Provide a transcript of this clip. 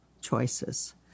choices